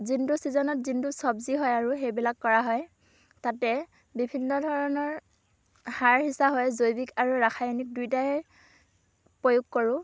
যোনটো চিজনত যোনটো চব্জি হয় আৰু সেইবিলাক কৰা হয় তাতে বিভিন্ন ধৰণৰ সাৰ সিঁচা হয় জৈৱিক আৰু ৰাসায়নিক দুুয়োটাই প্ৰয়োগ কৰোঁ